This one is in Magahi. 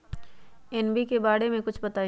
एन.पी.के बारे म कुछ बताई?